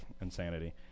insanity